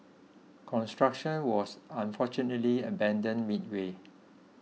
construction was unfortunately abandoned midway